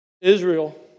Israel